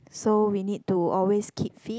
so we need to always keep fit